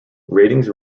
ratings